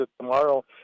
tomorrow